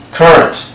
current